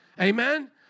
Amen